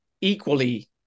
equally